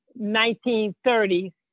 1930s